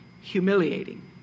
humiliating